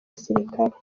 basirikare